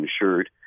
insured